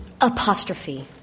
apostrophe